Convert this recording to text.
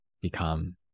become